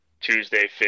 Tuesday